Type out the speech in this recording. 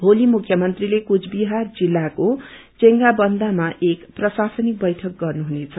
भोली मुख्यमन्त्रीले कुचविहार जिल्लाको चेगड़ाबन्धामा एक प्रशासनिक वैठक गर्नुहनेछ